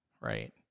right